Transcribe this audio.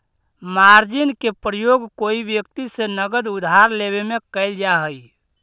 margin के प्रयोग कोई व्यक्ति से नगद उधार लेवे में कैल जा हई